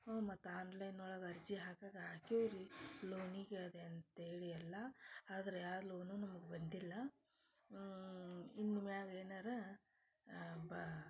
ಹ್ಞೂ ಮತ್ತು ಆನ್ಲೈನ್ ಒಳಗೆ ಅರ್ಜಿ ಹಾಕಕ್ಕೆ ಹಾಕಿವ್ರೀ ಲೋನಿಗದೆ ಅಂತ್ಹೇಳಿ ಎಲ್ಲ ಆದರೆ ಯಾವ ಲೋನು ನಮಗೆ ಬಂದಿಲ್ಲ ಇನ್ನ ಮ್ಯಾಗ ಏನಾರ ಬಾ